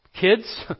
Kids